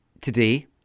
today